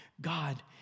God